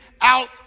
out